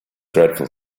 dreadful